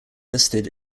listed